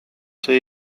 see